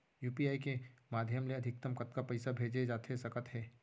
UPI के माधयम ले अधिकतम कतका पइसा भेजे जाथे सकत हे?